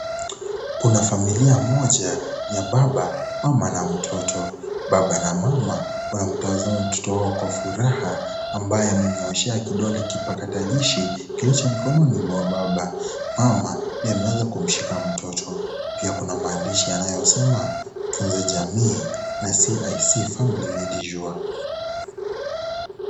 Kuna familia moja ya baba, mama na mtoto. Baba na mama wanamtazama mtoto wao kwa furaha ambayo amenyooshea mkono kipakatalishi kilicho mkononi mwa baba. Mama ameweza kumshika mtoto. Pia kuna maandishi yanayosema: tutunze jamii CIC family, made sure .